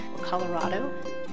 Colorado